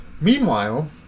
meanwhile